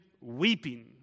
weeping